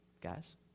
guys